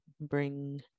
Bring